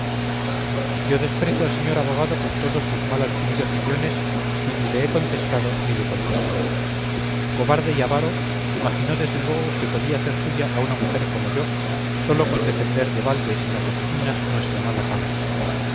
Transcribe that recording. yo desprecio al señor abogado con todos sus mal adquiridos millones y ni le he contestado ni le contestaré cobarde y avaro imaginó desde luego que podría hacer suya a una mujer como yo sólo con defender de balde en las oficinas nuestra mala causa